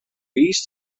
beast